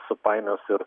supainios ir